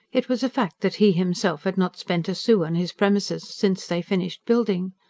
it was a fact that he himself had not spent a sou on his premises since they finished building.